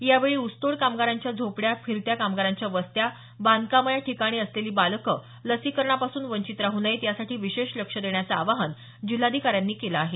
यावेळी ऊसतोड कामगारांच्या झोपड्या फिरत्या कामगारांच्या वस्त्या बांधकामं या ठिकाणी असलेली बालकं लसीकरणापासून वंचित राहू नयेत यासाठी विशेष लक्ष देण्याचं आवाहन जिल्हाधिकाऱ्यांनी केलं आहे